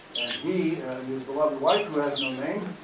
and he and his beloved wife, who has no name.